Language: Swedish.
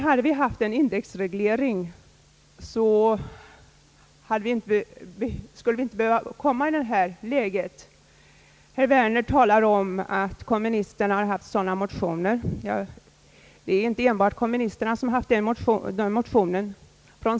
Hade vi haft en indexreglering, hade reglering skett automatiskt och pengarna tvingats fram. Herr Werner talar om att kommunisterna haft motioner om indexreglering. Det är inte enbart kommunisterna.